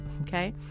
okay